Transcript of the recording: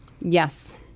Yes